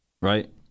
right